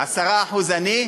10% אני,